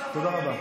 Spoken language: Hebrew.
תודה רבה.